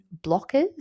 blockers